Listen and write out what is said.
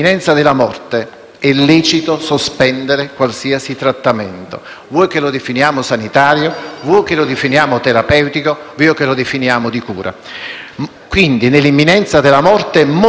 vuoi che lo definiamo sanitario, vuoi che lo definiamo terapeutico, vuoi che lo definiamo di cura), modalità di nutrizione o idratazione artificiali tutt'ora efficaci,